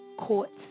courts